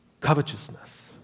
covetousness